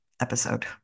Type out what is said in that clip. episode